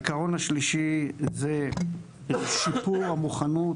העיקרון השלישי זה שיפור המוכנות